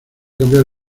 cambiar